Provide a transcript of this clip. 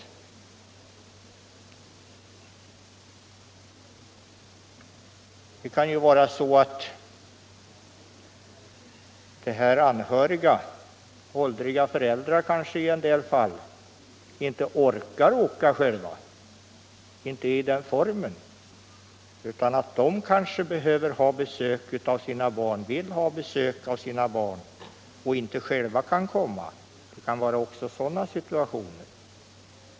Men det kan ju vara så att de anhöriga — åldriga föräldrar kanske i en del fall — inte orkar åka själva, utan vill och behöver ha besök av sina barn. Sådana situationer kan också föreligga.